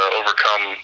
overcome